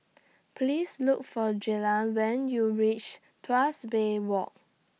Please Look For Jalan when YOU REACH Tuas Bay Walk